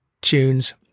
tunes